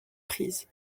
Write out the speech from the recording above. prise